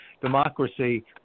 democracy